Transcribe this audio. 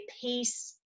peace